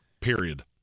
period